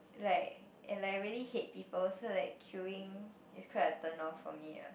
like and I really hate people so like queueing is quite a turn off for me ah